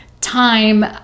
time